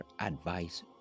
advice